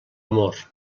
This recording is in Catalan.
amor